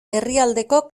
herrialdeko